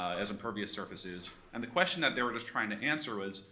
as impervious surfaces. and the question that they were just trying to answer was,